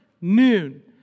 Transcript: noon